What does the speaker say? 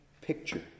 picture